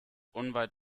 unweit